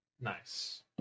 Nice